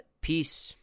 peace